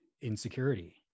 insecurity